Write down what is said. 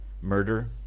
murder